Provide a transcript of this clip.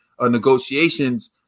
negotiations